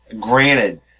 granted